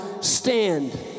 stand